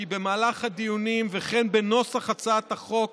כי במהלך הדיונים וכן בנוסח הצעת החוק